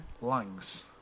Lungs